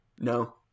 no